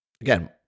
Again